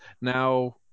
now